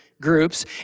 groups